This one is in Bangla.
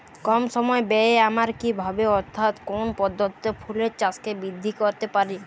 কম সময় ব্যায়ে আমরা কি ভাবে অর্থাৎ কোন পদ্ধতিতে ফুলের চাষকে বৃদ্ধি করতে পারি?